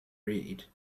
read